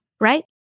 right